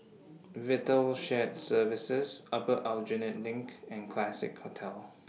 Vital Shared Services Upper Aljunied LINK and Classique Hotel